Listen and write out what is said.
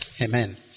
Amen